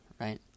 right